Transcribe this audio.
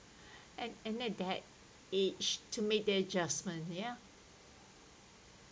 and and at that age to make the adjustments ya